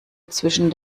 zwischen